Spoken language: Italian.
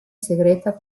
segreta